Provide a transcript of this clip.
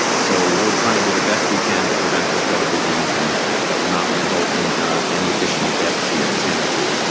so we're trying to do the best we can to prevent the spread of disease and that will not result in any additional deaths here in santa cruz.